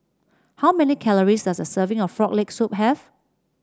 how many calories does a serving of Frog Leg Soup have